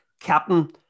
Captain